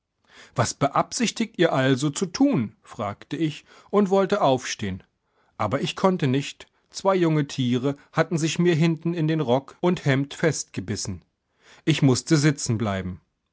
was beabsichtigt ihr also zu tun fragte ich und wollte aufstehn aber ich konnte nicht zwei junge tiere hatten sich mir hinten in rock und hemd festgebissen ich mußte sitzen